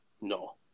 No